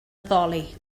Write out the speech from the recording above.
addoli